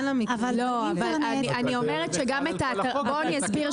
אני אסביר.